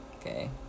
Okay